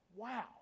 wow